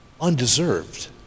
undeserved